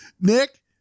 Nick